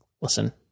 listen